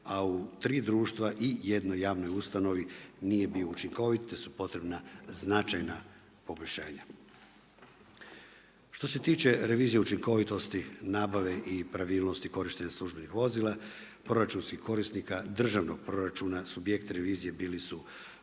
a u 3 društva i jednoj javnoj ustanovi nije bio učinkovit, te su potrebna značajna poboljšanja. Što se tiče revizije učinkovitosti, nabave i pravilnosti korištenja službenih vozila, proračunskih korisnika, državnog proračuna, subjekt revizije bili su Ministarstvo